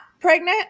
pregnant